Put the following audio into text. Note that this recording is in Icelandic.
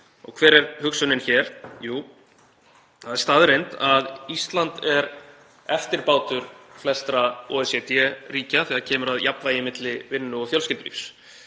Hver er hugsunin hér? Jú, það er staðreynd að Ísland er eftirbátur flestra OECD-ríkja þegar kemur að jafnvægi milli vinnu og fjölskyldulífs.